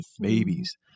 Babies